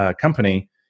company